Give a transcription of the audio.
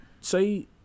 Say